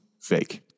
fake